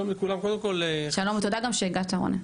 תודה שהגעת, רונן.